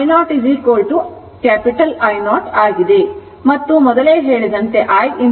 ಆದ್ದರಿಂದ switching t t 0 ಸಮಯದಲ್ಲಿ ನಡೆದರೆ ಅದು i t 0 ಆಗುತ್ತದೆ